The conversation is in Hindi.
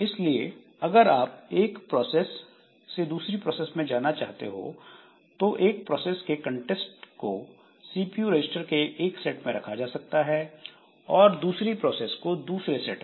इसलिए अगर आप एक प्रोसेस से दूसरी प्रोसेस में जाना चाहते हो तो एक प्रोसेस के कंटेक्स्ट को सीपीयू रजिस्टर के एक सेट में रखा जा सकता है और दूसरी प्रोसेस को दूसरे सेट में